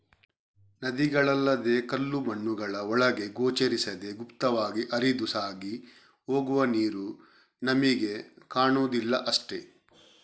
ನದಿಗಳಲ್ಲದೇ ಕಲ್ಲು ಮಣ್ಣುಗಳ ಒಳಗೆ ಗೋಚರಿಸದೇ ಗುಪ್ತವಾಗಿ ಹರಿದು ಸಾಗಿ ಹೋಗುವ ನೀರು ನಮಿಗೆ ಕಾಣುದಿಲ್ಲ ಅಷ್ಟೇ